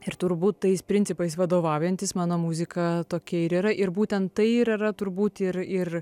ir turbūt tais principais vadovaujantis mano muzika tokia ir yra ir būtent tai ir yra turbūt ir ir